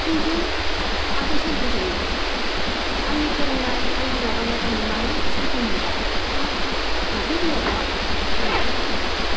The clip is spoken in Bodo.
खिन्थु आंखौ सोर फेजेननो आंनि फोरोंनाय आंनि माबानायखौ नुनानै बिसोर गोमोबाय हाब माथो जेरावबो आखा फाखा जेरैबो आखा फाखा